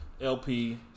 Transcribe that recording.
LP